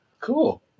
Cool